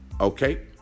Okay